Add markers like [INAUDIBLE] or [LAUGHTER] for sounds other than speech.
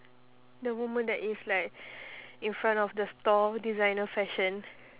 the woman that is like [BREATH] in front of the store designer fashion